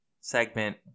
segment